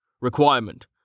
Requirement